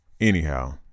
anyhow